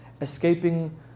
Escaping